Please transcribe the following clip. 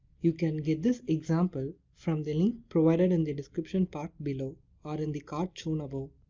you can get this example from the link provided in the description part below or in the card shown above.